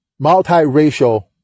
multiracial